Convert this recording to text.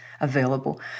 available